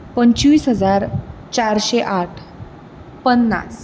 पंचवीस हजार चारशे आठ पन्नास